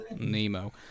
Nemo